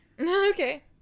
okay